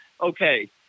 okay